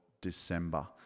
December